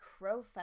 Crowfeather